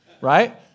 right